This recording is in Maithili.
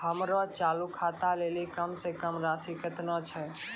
हमरो चालू खाता लेली कम से कम राशि केतना छै?